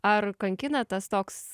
ar kankina tas toks